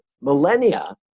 millennia